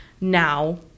now